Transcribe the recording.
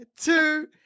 Two